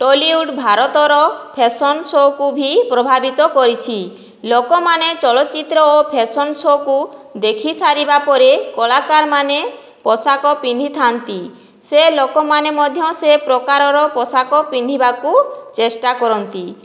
ଟଲିଉଡ଼ ଭାରତର ଫ୍ୟାସନ୍ ସୋକୁ ଭି ପ୍ରଭାବିତ କରିଛି ଲୋକମାନେ ଚଳଚ୍ଚିତ୍ର ଓ ଫ୍ୟାସନ୍ ସୋକୁ ଦେଖିସାରିବା ପରେ କଳାକାରମାନେ ପୋଷାକ ପିନ୍ଧିଥାନ୍ତି ସେ ଲୋକମାନେ ମଧ୍ୟ ସେ ପ୍ରକାରର ପୋଷାକ ପିନ୍ଧିବାକୁ ଚେଷ୍ଟା କରନ୍ତି